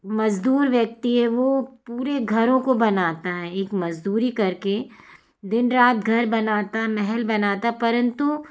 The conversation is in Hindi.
मज़दूर व्यक्ति है वो पूरे घरों को बनाता है एक मज़दूरी करके दिन रात घर बनाता महल बनाता है परन्तु